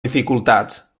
dificultats